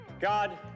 God